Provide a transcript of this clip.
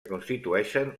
constitueixen